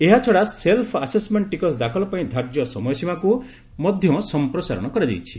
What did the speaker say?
ଏହାଛଡ଼ା self assessment ଟିକସ ଦାଖଲ ପାଇଁ ଧାର୍ଯ୍ୟ ସମୟସୀମାକୁ ମଧ୍ୟ ସମ୍ପ୍ରସାରଣ କରାଯାଇଛି